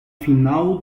final